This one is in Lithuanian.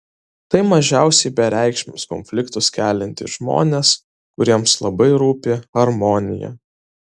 tai mažiausiai bereikšmius konfliktus keliantys žmonės kuriems labai rūpi harmonija